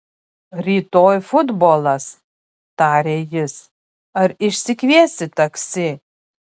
rytoj futbolas tarė jis ar išsikviesi taksi